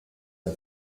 the